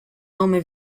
nome